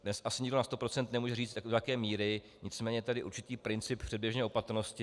Dnes asi nikdo na sto procent nemůže říct, do jaké míry, nicméně je tady určitý princip předběžné opatrnosti.